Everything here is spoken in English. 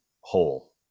whole